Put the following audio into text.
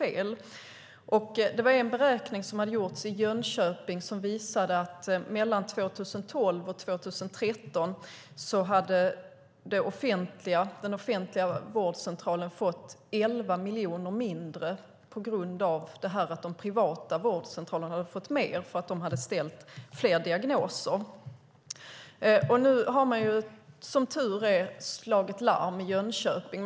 En beräkning som hade gjorts i Jönköping visade att från 2012 till 2013 hade den offentliga vårdcentralen fått 11 miljoner mindre på grund av att de privata vårdcentralerna hade ställt fler diagnoser och fått mer. Nu har man som tur är slagit larm i Jönköping.